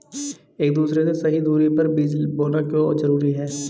एक दूसरे से सही दूरी पर बीज बोना क्यों जरूरी है?